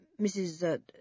Mrs